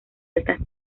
altas